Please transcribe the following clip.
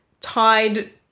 tied